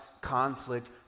conflict